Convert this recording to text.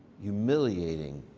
humiliating,